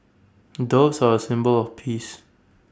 doves are A symbol of peace